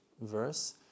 verse